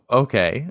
okay